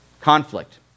Conflict